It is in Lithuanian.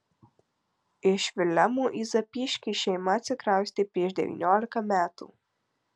iš vilemų į zapyškį šeima atsikraustė prieš devyniolika metų